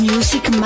Music